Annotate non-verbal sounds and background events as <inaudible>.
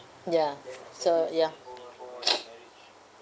ya so ya <breath>